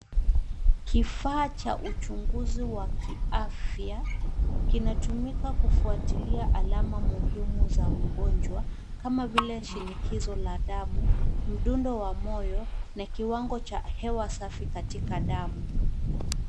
Kifaa cha uchunguzi wa kiafya kinatumika kufwatilia alama muhimu za mgonjwa kama vile shinikizo la damu, mdundo wa moyo na kiwango cha hewa safi katika damu.